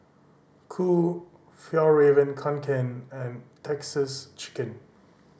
Qoo Fjallraven Kanken and Texas Chicken